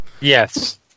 Yes